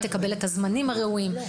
היא תקבל זמנים ראויים,